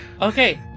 Okay